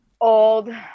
Old